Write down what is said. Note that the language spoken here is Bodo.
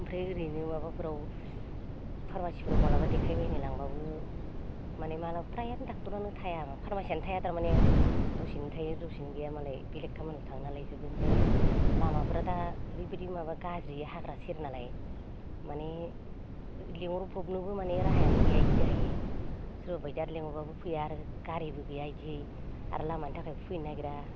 ओमफ्राय ओरैनो माबाफोराव फारमासिफोराव माब्लाबा देखायबायनो लांब्लाबो मानि माला फ्रायानो ड'क्टरानो थाया फारमासियानो थाया थारमाने दसेनो थायो दसेनो गैयामालाय बेलेग खामानियाव थाङो नालाय इखोबो ओमफ्राय लामाफोराव दा ओरैबायदि माबा गाज्रि हाग्रा सेरनालाय मानि लेंहरब्रबनोबो माने राहायानो गैया इदि जाहैयो सोरबा बायदिया लेंहरब्लाबो फैया आरो गारिबो गैया इदि जायो आरो लामानि थाखायबो फैनो नागेरा